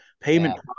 payment